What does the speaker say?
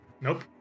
Nope